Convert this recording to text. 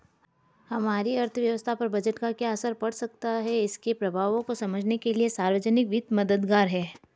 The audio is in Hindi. हमारी अर्थव्यवस्था पर बजट का क्या असर पड़ सकता है इसके प्रभावों को समझने के लिए सार्वजिक वित्त मददगार है